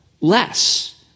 less